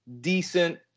decent